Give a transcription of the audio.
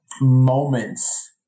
moments